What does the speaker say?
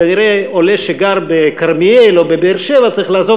כנראה עולה שגר בכרמיאל או בבאר-שבע צריך לעזוב